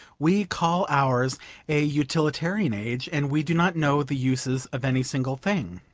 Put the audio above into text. we call ours a utilitarian age, and we do not know the uses of any single thing.